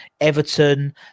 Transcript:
everton